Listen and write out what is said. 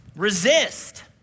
Resist